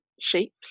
shapes